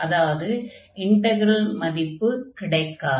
அதாவது இன்டக்ரல் மதிப்பு கிடைக்காது